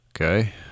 Okay